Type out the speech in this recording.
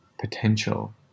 potential